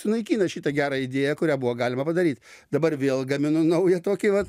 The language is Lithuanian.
sunaikino šitą gerą idėją kurią buvo galima padaryt dabar vėl gaminu naują tokį vat